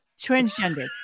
Transgender